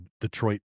Detroit